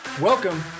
Welcome